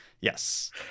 Yes